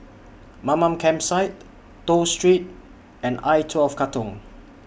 Mamam Campsite Toh Street and I twelve Katong